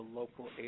local